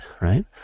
right